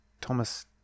thomas